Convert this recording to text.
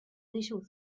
little